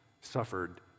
suffered